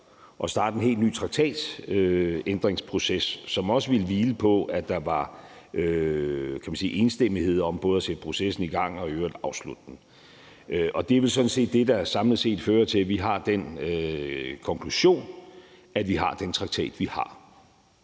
at starte en helt ny traktatændringsproces, som også ville hvile på, at der var enstemmighed om både at sætte processen i gang og i øvrigt afslutte den? Og det er vel sådan set det, der samlet set fører til, at vi har den konklusion, at vi har den traktat, vi har.